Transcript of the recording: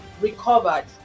recovered